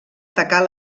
tacar